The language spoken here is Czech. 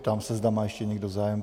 Ptám se, zda má ještě někdo zájem.